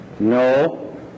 No